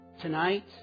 tonight